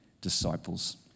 disciples